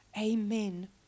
Amen